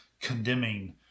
condemning